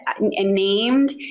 named